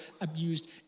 abused